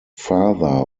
father